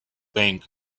bank